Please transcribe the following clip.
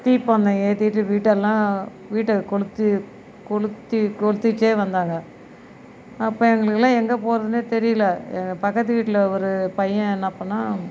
தீப்பந்தம் ஏற்றிட்டு வீட்டெல்லாம் வீட்டை கொளுத்தி கொளுத்தி கொளுத்திகிட்டே வந்தாங்க அப்போ எங்களுக்கெல்லாம் எங்கே போறதுனே தெரியலை எங்கள் பக்கத்து வீட்டில் ஒரு பையன் என்ன பண்ணிணான்